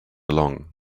along